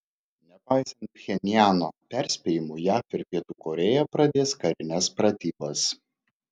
nepaisant pchenjano perspėjimų jav ir pietų korėja pradės karines pratybas